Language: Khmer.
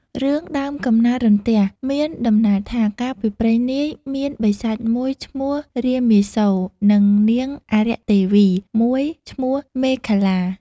រឿង ដើមកំណើតរន្ទះ មានដំណាលថា កាលពីព្រេងនាយ មានបិសាចមួយ ឈ្មោះរាមាសូរ និងនាងអារក្ខទេវីមួយ ឈ្មោះមេខលា ។